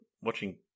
watching